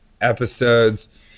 episodes